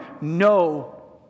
no